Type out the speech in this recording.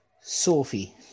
Sophie